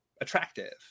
attractive